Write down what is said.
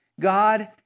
God